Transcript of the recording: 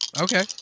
Okay